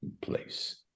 place